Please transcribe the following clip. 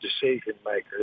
decision-makers